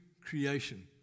creation